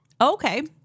Okay